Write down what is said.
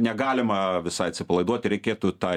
negalima visai atsipalaiduot reikėtų tą